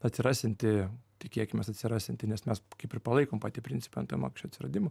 atsirasiantį tikėkimės atsirasiantį nes mes kaip ir palaikom patį principą nt mokesčio atsiradimo